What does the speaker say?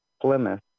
Plymouth